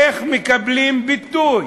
איך הם מקבלים ביטוי?